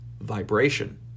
Vibration